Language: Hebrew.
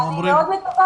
אני לא בטוחה.